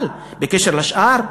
אבל בקשר לשאר,